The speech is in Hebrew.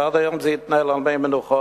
ועד היום זה התנהל על מי מנוחות.